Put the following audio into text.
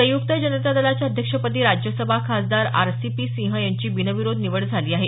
संयुक्त जनता दलाच्या अध्यक्षपदी राज्यसभा खासदार आर सी पी सिंह यांची बिनविरोध निवड झाली आहे